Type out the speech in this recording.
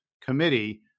committee